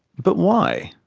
but why?